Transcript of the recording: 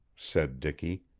said dicky.